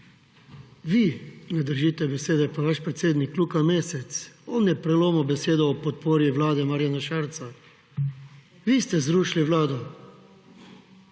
vi ne držite besede, pa vaš predsednik Luka Mesec. On je prelomil besedo o podpori Vlade Marjana Šarca. Vi ste zrušili vlado,